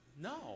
No